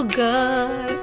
good